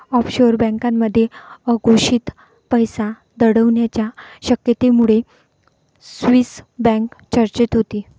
offshore बँकांमध्ये अघोषित पैसा दडवण्याच्या शक्यतेमुळे स्विस बँक चर्चेत होती